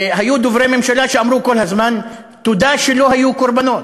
היו דוברי ממשלה שאמרו כל הזמן: תודה שלא היו קורבנות.